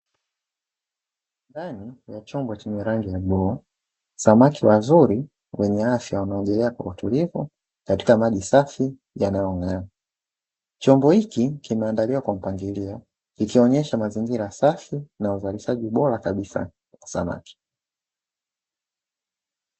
Ndani ya chombo chenye rangi ya bluu, samaki wazuri wenye afya wanaogelea kwa utulivu katika maji safi yanayong'aa. Chombo hiki kimeandaliwa kwa mpangilio ikionyesha mazingira safi na uzalishaji bora kabisa wa samaki.